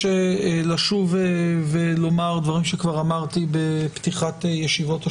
לשוב ולומר דברים שכבר אמרתי בפתיחת ישיבות השבוע,